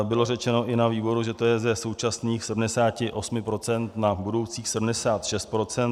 Bylo řečeno i na výboru, že to je ze současných 78 % na budoucích 76 %.